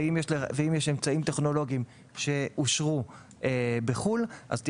אם יש אמצעים טכנולוגיים שאושרו בחו"ל הוא יהיה